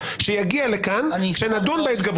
כאן צריך לומר כמה דברים.